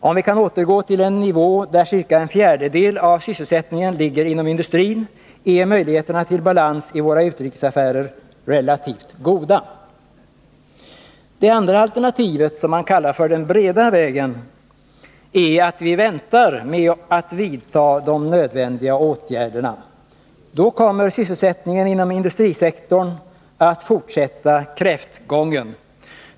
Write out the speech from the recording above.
Om vi kan återgå till en nivå där ca en fjärdedel av sysselsättningen ligger inom industrin är möjligheterna till balans i våra utrikesaffärer relativt goda. Det andra alternativet, som man kallar för den breda vägen, är att vi väntar med att vidta de nödvändiga åtgärderna. Då kommer sysselsättningen inom industrisektorn att fortsätta kräftgången.